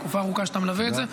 תקופה ארוכה שאתה מלווה את זה.